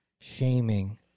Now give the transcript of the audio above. shaming